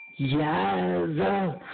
Yes